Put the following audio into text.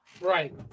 Right